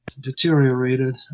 deteriorated